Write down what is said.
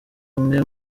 umwe